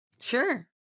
Sure